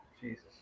Jesus